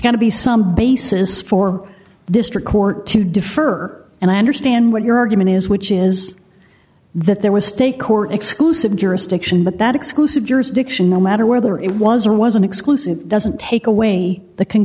got to be some basis for this trick or to defer and i understand what your argument is which is that there was stake or exclusive jurisdiction but that exclusive jurisdiction no matter whether it was or wasn't exclusive doesn't take away the